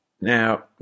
Now